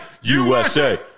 USA